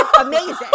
Amazing